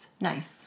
Nice